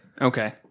Okay